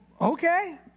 okay